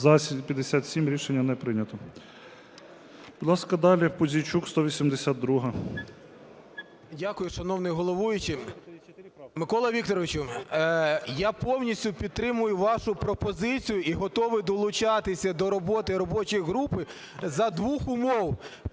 14:57:19 ПУЗІЙЧУК А.В. Дякую, шановний головуючий. Микола Вікторович, я повністю підтримую вашу пропозицію і готовий долучатися до роботи робочої групи за двох умов.